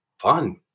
fun